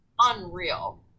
Unreal